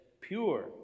pure